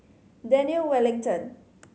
Daniel Wellington